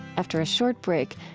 after a short break,